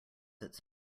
its